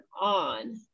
on